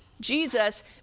Jesus